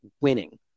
winning